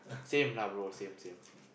same lah bro same same